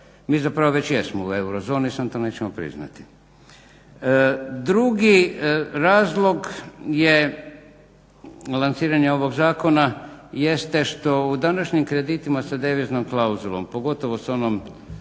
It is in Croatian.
mi zapravo već jesmo u eurozoni samo to nećemo priznati. Drugi razlog je lansiranje ovog zakona jeste što u današnjim kreditima sa deviznom klauzulom pogotovo s onom